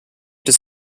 does